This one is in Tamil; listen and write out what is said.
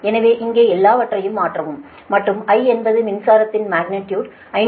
எனவே இங்கே எல்லாவற்றையும் மாற்றவும்மற்றும் I என்பது மின்சாரத்தின் மக்னிடியுடு 551